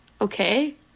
okay